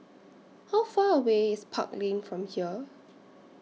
How Far away IS Park Lane from here